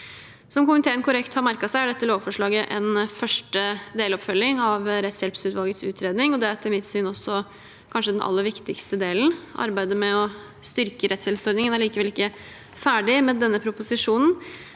Som komiteen korrekt har merket seg, er dette lovforslaget en første deloppfølging av rettshjelpsutvalgets utredning, og det er etter mitt syn kanskje den aller viktigste delen. Arbeidet med å styrke rettshjelpsordningen er likevel ikke ferdig med denne proposisjonen,